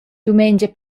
dumengia